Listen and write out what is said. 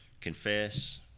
Confess